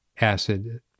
acid